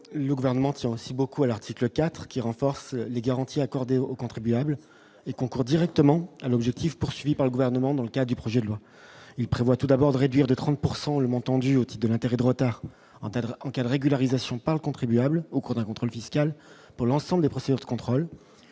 le gouvernement tient aussi beaucoup à l'article IV qui renforce les garanties accordées aux contribuables et concourt directement à l'objectif poursuivi par le gouvernement dans le cas du projet de loi, il prévoit tout d'abord de réduire de 30 pourcent le montant du aussi de l'intérêt de retard cadre encadré Gül Ariza sont par le contribuable au cours d'un contrôle fiscal pour l'ensemble des procédures de contrôle,